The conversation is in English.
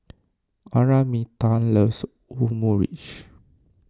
Araminta loves Omurice